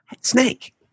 Snake